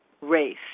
race